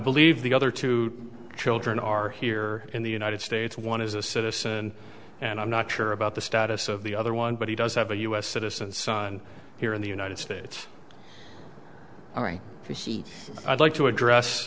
believe the other two children are here in the united states one is a citizen and i'm not sure about the status of the other one but he does have a us citizen son here in the united states all right and he i'd like to